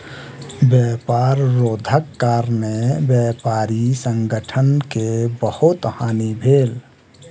व्यापार रोधक कारणेँ व्यापारी संगठन के बहुत हानि भेल